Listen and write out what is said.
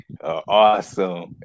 awesome